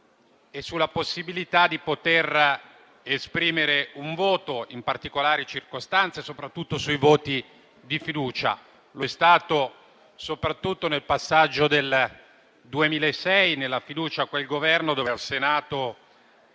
ma alla facoltà di esprimere un voto in particolari circostanze, soprattutto i voti di fiducia. Lo è stato soprattutto nel passaggio del 2006, nella fiducia a quel Governo, quando al Senato